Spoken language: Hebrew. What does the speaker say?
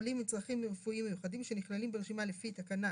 חולים עם צרכים רפואיים מיוחדים שנכללים ברשימה לפי תקנה